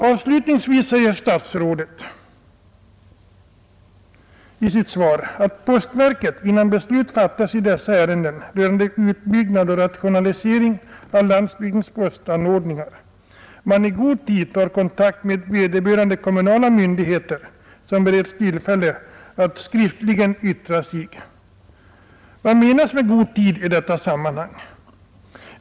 Avslutningsvis säger statsrådet i sitt svar att postverket, innan beslut fattas i ärenden rörande utbyggnad och rationalisering av landsbygdens postanordningar, i god tid tar kontakt med vederbörande kommunala myndigheter som bereds tillfälle att skriftligen yttra sig. Vad menas med »god tid» i detta sammanhang?